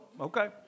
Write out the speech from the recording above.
Okay